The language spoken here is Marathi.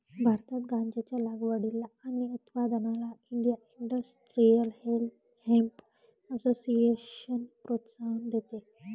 भारतात गांज्याच्या लागवडीला आणि उत्पादनाला इंडिया इंडस्ट्रियल हेम्प असोसिएशन प्रोत्साहन देते